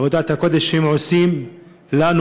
עבודת הקודש שהם עושים בשבילנו,